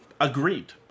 Agreed